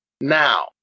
now